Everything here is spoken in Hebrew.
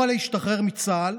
מורל'ה השתחרר מצה"ל